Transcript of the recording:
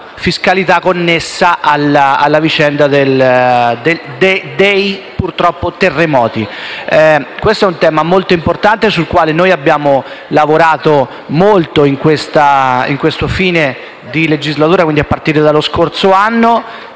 fiscalità connessa alla vicenda dei terremoti. È un tema molto importante, sul quale noi abbiamo lavorato molto in questo fine di legislatura, e a partire dallo scorso anno.